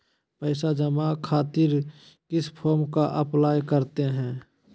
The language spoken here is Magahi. पैसा जमा खातिर किस फॉर्म का अप्लाई करते हैं?